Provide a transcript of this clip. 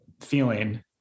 feeling